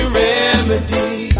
remedy